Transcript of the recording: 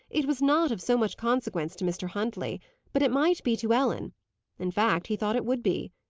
it was not of so much consequence to mr. huntley but it might be to ellen in fact, he thought it would be.